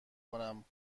کنم